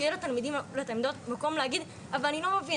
שיהיה לתלמידים ולתלמידות מקום להגיד 'אבל אני לא מבין,